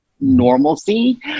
normalcy